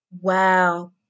Wow